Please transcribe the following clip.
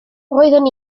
roeddwn